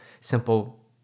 simple